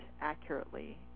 accurately